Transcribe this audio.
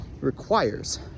requires